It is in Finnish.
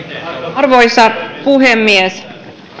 arvoisa puhemies